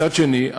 מצד שני,